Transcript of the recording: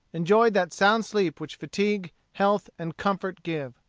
enjoyed that sound sleep which fatigue, health, and comfort give.